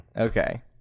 Okay